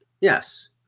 yes